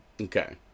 Okay